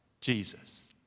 Jesus